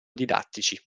didattici